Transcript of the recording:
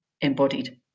embodied